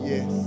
Yes